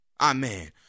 Amen